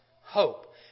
hope